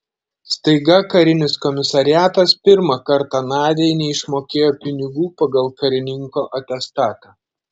staiga karinis komisariatas pirmą kartą nadiai neišmokėjo pinigų pagal karininko atestatą